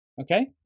Okay